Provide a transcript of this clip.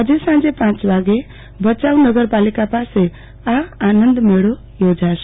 આજે સાંજે પાંચ વાગ્યે ભચાઉ નગરપાલિકા પાસે આ આનંદમેળો યોજાશે